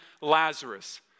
Lazarus